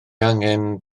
angen